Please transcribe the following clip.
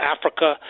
Africa